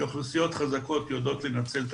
שאוכלוסיות חזקות יודעות לנצל את